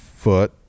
foot